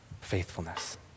faithfulness